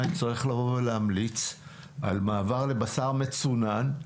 יצטרך לבוא ולהמליץ על מעבר לבשר מצונן,